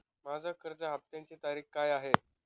माझ्या कर्ज हफ्त्याची तारीख काय आहे?